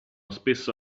spesso